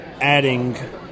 adding